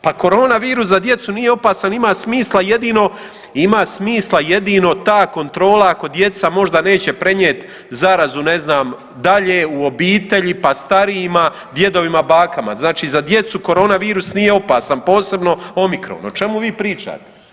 Pa koronavirus za djecu nije opasan, ima smisla jedino, ima smisla jedino ta kontrola ako djeca možda neće prenijet zarazu ne znam dalje u obitelji, pa starijima, djedovima, bakama, znači za djecu koronavirus nije opasan, posebno omikron, o čemu vi pričate?